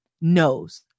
knows